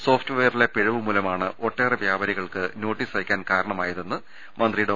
സോഫ്റ്റ്വെയറിലെ പിഴവ് മൂലമാണ് ഒട്ടേറെ വ്യാപാരികൾക്ക് നോട്ടീസ് അയക്കാൻ കാര ണമെന്ന് മന്ത്രി ഡോ